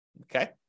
Okay